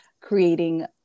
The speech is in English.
creating